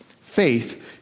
faith